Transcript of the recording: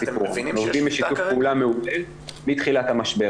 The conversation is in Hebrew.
שאנחנו עובדים בשיתוף פעולה מעולה מתחילת המשבר.